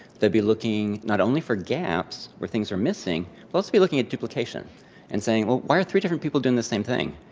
they'll be looking not only for gaps, where things are missing. they'll also be looking at duplication and saying, why are three different people doing the same thing?